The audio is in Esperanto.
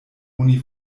oni